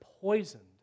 poisoned